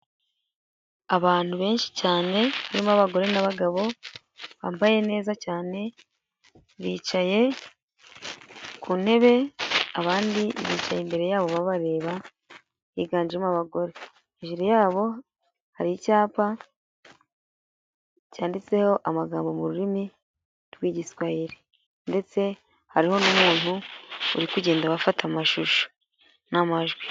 Abantu benshi cyane harimo abagore n'abagabo bambaye neza cyane, bicaye ku ntebe abandi bicaye imbere yabo babareba higanjemo abagore, hejuru yabo hari icyapa cyanditseho amagambo mu rurimi rw'igiswahili ndetse hariho n'umuntu uri kugenda abafata amashusho n'amajwi.